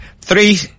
three